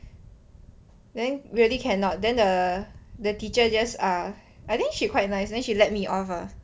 then really cannot then the the teacher just ah I think she quite nice then she let me off ah